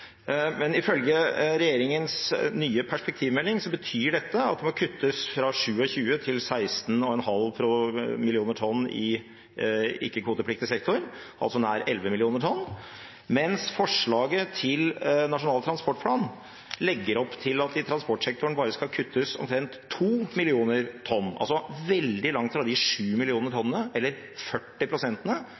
Ifølge regjeringens nye perspektivmelding betyr dette at det må kuttes fra 27 mill. tonn til 16,5 mill. tonn i ikke-kvotepliktig sektor, altså nær 11 mill. tonn, mens det i forslaget til Nasjonal transportplan legges opp til at i transportsektoren skal det bare kuttes omtrent 2 mill. tonn – altså veldig langt fra de 7 mill. tonn, eller 40